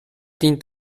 dient